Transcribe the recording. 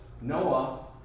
Noah